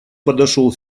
подошел